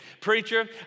Preacher